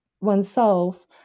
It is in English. oneself